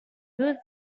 good